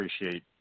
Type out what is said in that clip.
appreciate